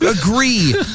Agree